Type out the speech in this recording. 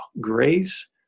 grace